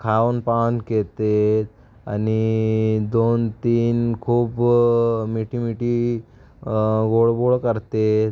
खाऊन पाऊन घेतात आणि दोन तीन खूप मिठी मिठी गोडगोड करतेत